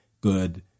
Good